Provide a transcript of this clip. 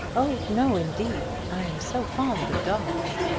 oh no, indeed i am so fond of dogs.